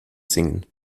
singen